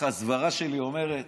ככה הסברה שלי אומרת.